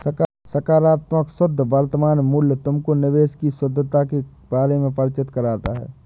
सकारात्मक शुद्ध वर्तमान मूल्य तुमको निवेश की शुद्धता के बारे में परिचित कराता है